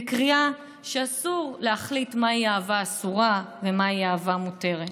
בקריאה שאסור להחליט מהי אהבה אסורה ומהי אהבה מותרת.